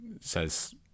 says